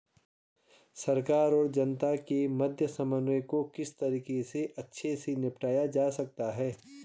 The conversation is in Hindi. सरकार और जनता के मध्य समन्वय को किस तरीके से अच्छे से निपटाया जा सकता है?